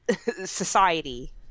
society